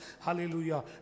hallelujah